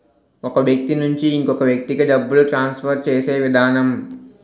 ఒక వ్యక్తి నుంచి ఇంకొక వ్యక్తికి డబ్బులు ట్రాన్స్ఫర్ చేసే విధానం